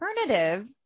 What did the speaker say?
alternative